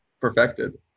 perfected